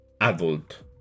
adult